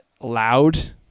loud